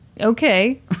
okay